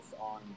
on